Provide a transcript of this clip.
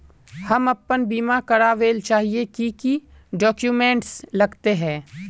हम अपन बीमा करावेल चाहिए की की डक्यूमेंट्स लगते है?